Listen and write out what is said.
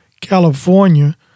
California